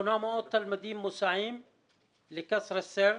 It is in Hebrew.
800 תלמידים מוסעים לכסרא סייר,